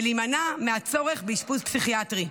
ולהימנע מהצורך באשפוז פסיכיאטרי.